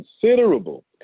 considerable